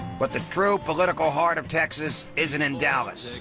but the true political heart of texas isn't in dallas.